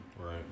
Right